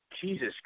jesus